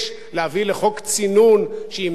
שימנע מאותם בכירים להשמיע את דעותיהם,